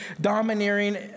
domineering